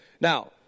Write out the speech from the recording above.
Now